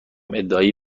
ادعای